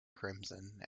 crimson